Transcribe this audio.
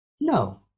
no